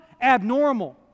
abnormal